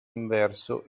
inverso